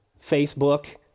Facebook